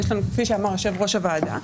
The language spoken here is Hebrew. כפי שאמר יושב-ראש הוועדה,